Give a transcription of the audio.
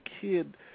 kid